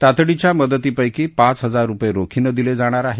तातडीच्या मदतीपक्री पाच हजार रुपये रोखीनं दिले जाणार आहेत